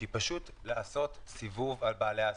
שהיא פשוט לעשות סיבוב על בעלי העסקים.